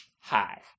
hi